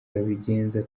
babigenza